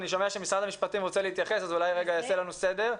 אני שומע שמשרד המשפטים רוצה להתייחס לזה ואולי הוא יעשה לנו סדר.